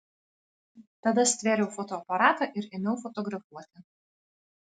tada stvėriau fotoaparatą ir ėmiau fotografuoti